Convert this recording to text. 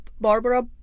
Barbara